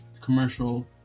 commercial